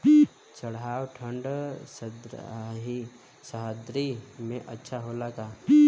चावल ठंढ सह्याद्री में अच्छा होला का?